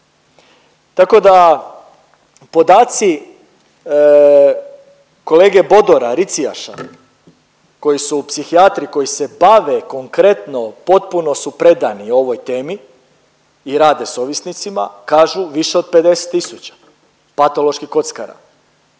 Tako da podaci kolege Bodora, Ricijaša koji su psihijatri koje se bave konkretno potpuno su predani ovoj temi i rade s ovisnicima kažu više od 50 tisuća patoloških kockara,